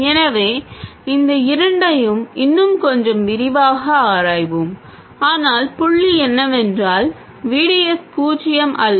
எனவே இந்த இரண்டையும் இன்னும் கொஞ்சம் விரிவாக ஆராய்வோம் ஆனால் புள்ளி என்னவென்றால் g d s பூஜ்ஜியம் அல்ல